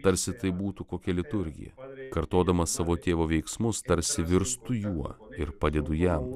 tarsi tai būtų kokia liturgija kartodamas savo tėvo veiksmus tarsi virstu juo ir padedu jam